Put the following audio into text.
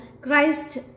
Christ